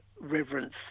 reverence